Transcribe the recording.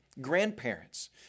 Grandparents